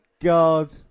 God